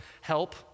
help